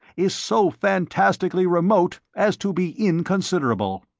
is so fantastically remote as to be inconsiderable.